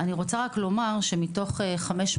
אני רוצה לומר שמתוך כ-500